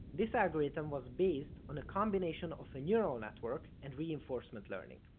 this algorithm was based on a combination of a neural network and reinforcement learning.